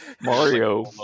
Mario